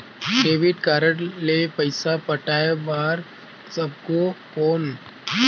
Debit card ले पइसा पटाय बार सकबो कौन?